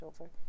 over